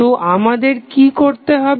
তো আমাদের কি করতে হবে